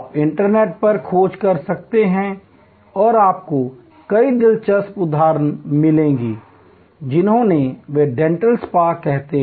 आप इंटरनेट पर खोज कर सकते हैं और आपको कई दिलचस्प उदाहरण मिलेंगे जिन्हें वे डेंटल स्पा कहते हैं